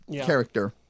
character